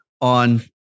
on